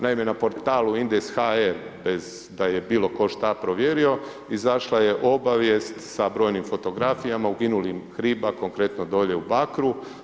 Naime, na portalu Indeks.hr bez da je bilo tko šta provjerio izašla je obavijest sa brojnim fotografijama uginulih riba konkretno dolje u Bakru.